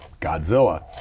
godzilla